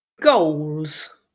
Goals